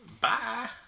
Bye